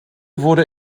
wurde